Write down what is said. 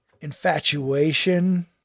infatuation